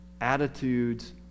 attitudes